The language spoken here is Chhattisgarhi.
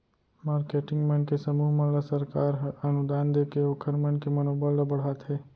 मारकेटिंग मन के समूह मन ल सरकार ह अनुदान देके ओखर मन के मनोबल ल बड़हाथे